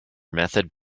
method